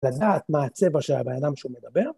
לדעת מה הצבע של הבן אדם שמדבר